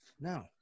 No